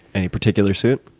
any particular suit?